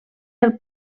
del